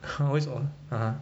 !huh! 为什么 (uh huh)